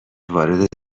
وارد